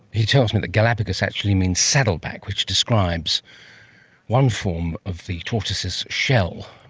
he tells me that galapagos actually means saddleback, which describes one form of the tortoises' shell,